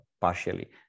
partially